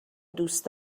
دوست